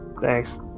Thanks